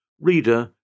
Reader